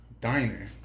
diner